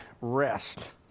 rest